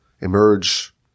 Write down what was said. emerge